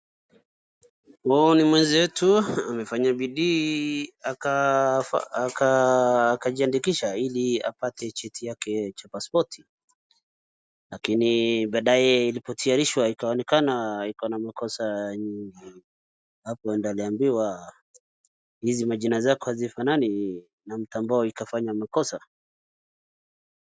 Huyu ni mwenzetu amefanya bidii akajiandikisha ili apate cheti yake cha paspoti .Lakini baadaye ilipotayarishwa ilionekana ikona makosa, hapo ndio aliambiwa ,hizi majina zako hazifanani na mtambo wao ikafanya makosa .